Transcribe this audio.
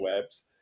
webs